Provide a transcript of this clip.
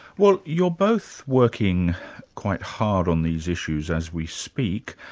well you're both working quite hard on these issues as we speak,